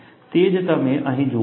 તે જ તમે અહીં જુઓ છો